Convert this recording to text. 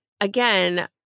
again